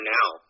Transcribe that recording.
now